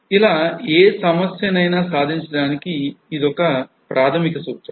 ఇలాంటి ఏ సమస్యకైనా ఇదే ప్రాథమిక సూత్రం